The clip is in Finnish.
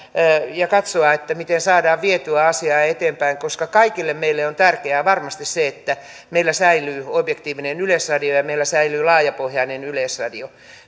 ja katsoa miten saadaan vietyä asiaa eteenpäin koska varmasti kaikille meille on tärkeää se että meillä säilyy objektiivinen yleisradio ja meillä säilyy laajapohjainen yleisradio